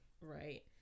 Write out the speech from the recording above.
right